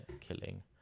killing